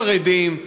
חרדים,